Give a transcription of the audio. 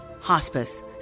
Hospice